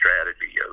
strategy